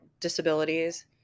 disabilities